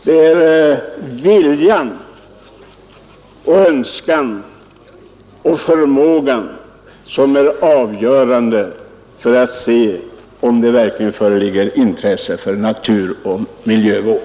Det är viljan, önskan och förmågan som är avgörande för bedömningen av om det verkligen föreligger ett intresse för naturoch miljövård.